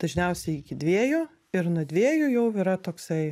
dažniausiai iki dviejų ir nuo dviejų jau yra toksai